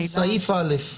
סעיף א',